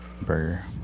burger